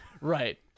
Right